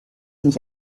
nicht